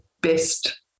best